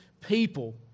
people